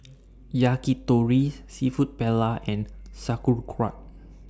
Yakitori Seafood Paella and Sauerkraut